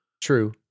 True